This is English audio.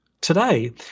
today